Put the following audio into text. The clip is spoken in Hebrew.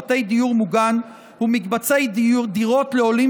בבתי דיור מוגן ובמקבצי דירות לעולים